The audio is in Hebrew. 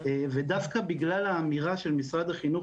ודווקא בגלל האמירה של משרד החינוך